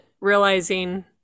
realizing